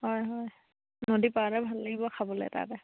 হয় হয় নদীৰ পাৰতে ভাল লাগিব খাবলে তাতে